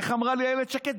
איך אמרה לי אילת שקד?